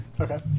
Okay